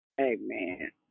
Amen